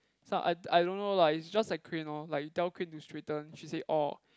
I I don't know lah it's just like crane lor you tell the crane to straighten she say orh